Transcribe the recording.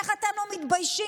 איך אתם לא מתביישים,